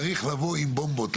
צריך לבוא עם בומבות.